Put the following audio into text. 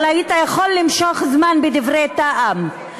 אבל היית יכול למשוך זמן בדברי טעם.